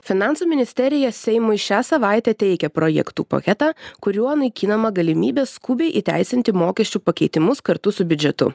finansų ministerija seimui šią savaitę teikia projektų paketą kuriuo naikinama galimybė skubiai įteisinti mokesčių pakeitimus kartu su biudžetu